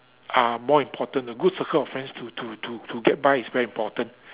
are more important the good circles of friends to to to to get by is very important